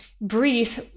breathe